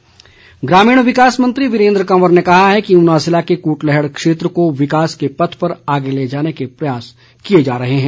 वीरेन्द्र कंवर ग्रामीण विकास मंत्री वीरेन्द्र कंवर ने कहा है कि ऊना ज़िले के कुटलैहड़ क्षेत्र को विकास के पथ पर आगे ले जाने के प्रयास किए जा रहे हैं